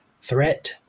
threat